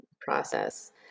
process